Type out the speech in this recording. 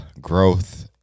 growth